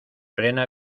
frena